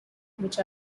which